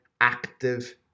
active